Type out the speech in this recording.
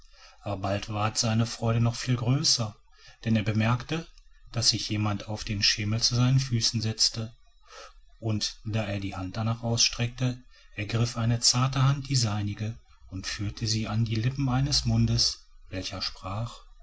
aber bald ward seine freude noch viel größer denn er bemerkte daß sich jemand auf den schemel zu seinen füßen setzte und da er die hand darnach ausstreckte ergriff eine zarte hand die seinige und führte sie an die lippen eines mundes welcher sprach